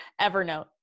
evernote